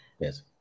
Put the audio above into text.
Yes